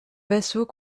vassaux